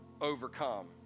overcome